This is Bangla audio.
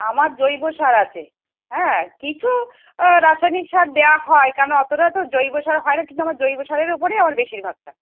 আমার জৈব সার আছে হ্যাঁ কিছু আ রাসায়নিক সার দেওয়া হয় কেন অতোটা তো জৈব সার হয় না কিন্তু আমার জৈব সারের ওপরেই আমার বেশিরভাগটা